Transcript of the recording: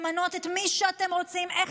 למנות את מי שאתם רוצים,